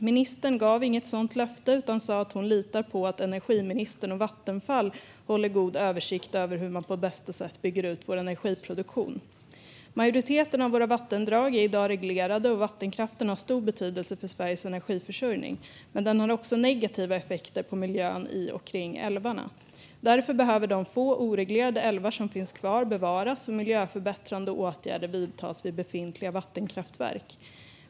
Ministern gav inget sådant löfte utan sa att hon litar på att energiministern och Vattenfall håller god översikt över hur man på bästa sätt bygger ut vår energiproduktion. Majoriteten av våra vattendrag är i dag reglerade. Vattenkraften har stor betydelse för Sveriges energiförsörjning, men den har också negativa effekter på miljön i och omkring älvarna. Därför behöver de få oreglerade älvar som finns kvar bevaras och miljöförbättrande åtgärder vidtas vid befintliga vattenkraftverk.